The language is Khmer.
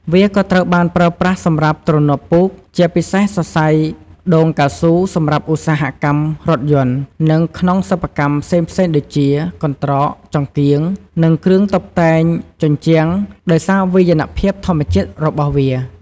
វាក៏ត្រូវបានប្រើប្រាស់សម្រាប់ទ្រនាប់ពូក ជាពិសេសសរសៃដូងកៅស៊ូសម្រាប់ឧស្សាហកម្មរថយន្ត និងក្នុង សិប្បកម្ម ផ្សេងៗដូចជា កន្ត្រក ចង្កៀង និងគ្រឿងតុបតែងជញ្ជាំង ដោយសារវាយនភាពធម្មជាតិរបស់វា។